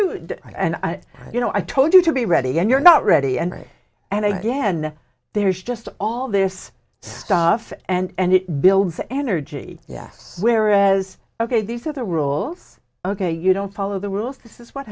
you and i you know i told you to be ready and you're not ready and and again there's just all this stuff and it builds the energy yes whereas ok these are the rules ok you don't follow the rules this is what